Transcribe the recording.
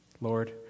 Lord